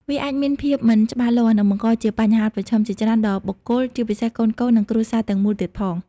វាអាចមានភាពមិនច្បាស់លាស់ និងបង្កជាបញ្ហាប្រឈមជាច្រើនដល់បុគ្គល ជាពិសេសកូនៗ និងគ្រួសារទាំងមូលទៀតផង។